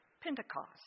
Pentecost